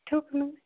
ठेवू का मग